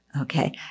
okay